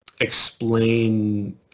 Explain